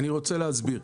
אני רוצה להסביר.